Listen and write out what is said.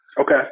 Okay